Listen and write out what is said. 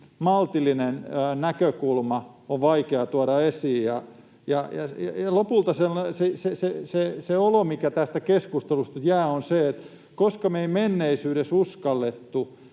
maltillinen näkökulma on vaikea tuoda esiin. Lopulta se olo, mikä tästä keskustelusta jää, on se, että vaikka me ei menneisyydessä uskallettu,